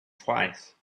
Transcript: twice